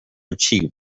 achieve